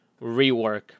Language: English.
Rework